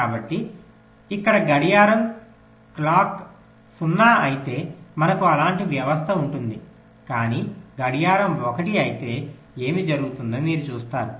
కాబట్టి ఇక్కడ గడియారం 0 అయితే మనకు అలాంటి వ్యవస్థ ఉంటుంది కాని గడియారం 1 అయితే ఏమి జరుగుతుందో మీరు చూస్తారు